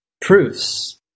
proofs